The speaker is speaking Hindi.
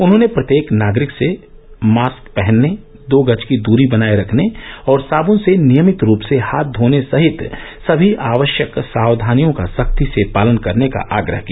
उन्होंने प्रत्येक नागरिक से मॉस्क पहनने दो गज की दूरी बनाए रखने और सादुन से नियमित रूप से हाथ धोर्न सहित सभी आवश्यक सावधानियों का सख्ती से पालन करने का आग्रह किया